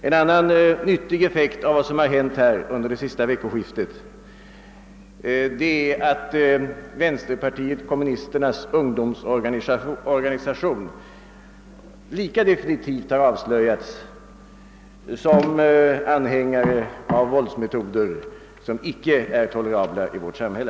En annan viktig effekt av vad som har hänt under det senaste veckoskiftet är att vänsterpartiet kommunisternas ungdomsorganisation lika definitivt har avslöjats som anhängare av våldsmetoder, som icke är tolerabla i vårt samhälle.